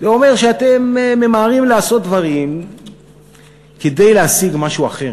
זה אומר שאתם ממהרים לעשות דברים כדי להשיג משהו אחר.